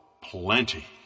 plenty